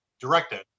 directed